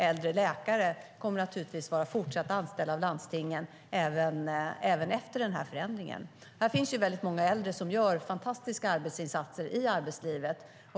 Äldre läkare kommer till exempel att fortsätta att vara anställda av landstingen även efter förändringen. Det finns väldigt många äldre som gör fantastiska arbetsinsatser i arbetslivet.